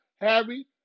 Harry